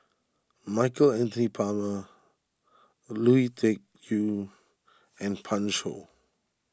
Michael Anthony Palmer Lui Tuck Yew and Pan Shou